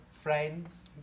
friends